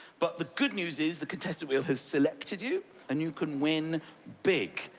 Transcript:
but the good news is the contestant wheel has selected you and you can win big.